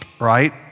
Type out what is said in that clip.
right